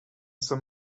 some